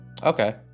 Okay